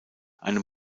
einem